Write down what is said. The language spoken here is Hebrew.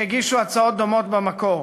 שהגישו הצעות דומות במקור,